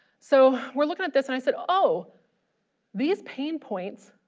so we're looking at this and i said oh these pain points